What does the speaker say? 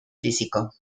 físico